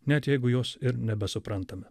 net jeigu jos ir nebesuprantame